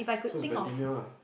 so it's pandemia lah